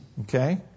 okay